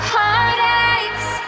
Heartaches